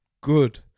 good